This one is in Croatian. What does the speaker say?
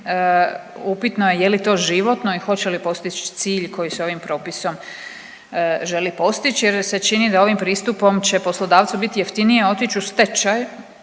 upitno je li to životno i hoće li postići cilj koji se ovim propisom želi postići, jer se čini da ovim pristupom će poslodavcu biti jeftinije otići u stečaj